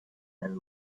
and